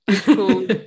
cool